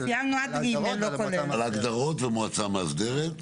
על ההגדרות ועל המועצה המאסדרת.